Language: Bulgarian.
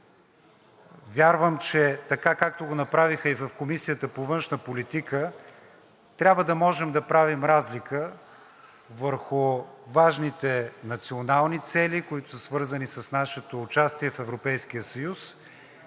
вярвам, че така, както го направиха и в Комисията по външна политика, трябва да можем да правим разлика върху важните национални цели, които са свързани с нашето участие в Европейския съюз,